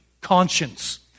conscience